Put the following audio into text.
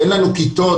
אין לנו כיתות